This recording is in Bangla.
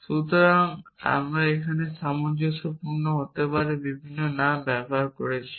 সুতরাং আমি এখানে সামঞ্জস্যপূর্ণ হতে বিভিন্ন নাম ব্যবহার করছি